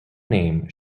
name